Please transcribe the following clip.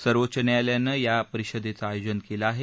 सर्वोच्च न्यायालयानं या परिषदेचं आयोजन केलं आहे